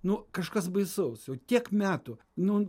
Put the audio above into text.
nu kažkas baisaus jau tiek metų nu